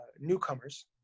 newcomers